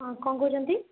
ହଁ କ'ଣ କହୁଛନ୍ତି